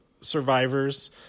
survivors